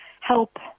help